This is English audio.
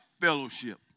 fellowship